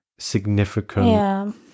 Significant